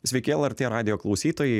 sveiki lrt radijo klausytojai